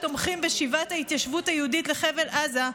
שתומכים בשיבת ההתיישבות היהודית לחבל עזה,